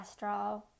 cholesterol